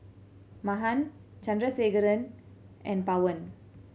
Mahan Chandrasekaran and Pawan